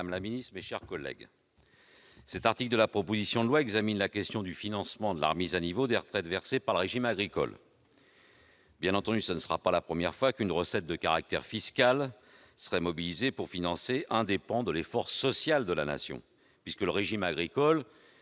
madame la ministre, mes chers collègues, cet article de la proposition de loi porte sur le financement de la remise à niveau des retraites versées par le régime agricole. Bien entendu, ce ne serait pas la première fois qu'une recette de caractère fiscal serait mobilisée pour financer un des pans de « l'effort social de la Nation », puisque le régime agricole